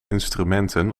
instrumenten